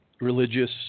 religious